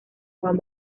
juan